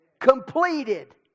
Completed